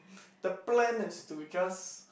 the plan is to just